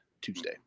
Tuesday